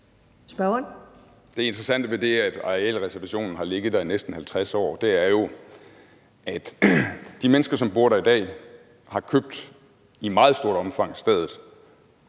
Det interessante ved det, at arealreservationen har ligget der i næsten 50 år, er jo, at de mennesker, som bor der i dag, i meget stort omfang har